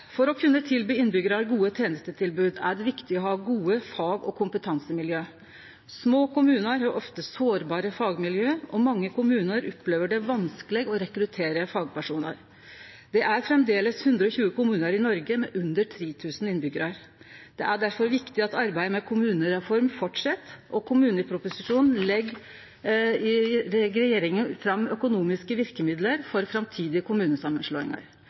For å kunne tilby innbyggjarane gode tenestetilbod er det viktig å ha gode fag- og kompetansemiljø. Små kommunar har ofte sårbare fagmiljø, og mange kommunar opplever det vanskeleg å rekruttere fagpersonar. Det er framleis 120 kommunar i Noreg med under 3 000 innbyggjarar. Det er difor viktig at arbeidet med kommunereforma held fram. I kommuneproposisjonen legg regjeringa fram økonomiske verkemiddel for framtidige